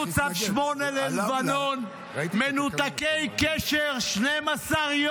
--- אלעזר, אתה בקריאה ראשונה.